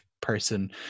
person